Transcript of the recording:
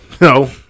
no